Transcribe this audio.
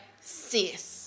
sis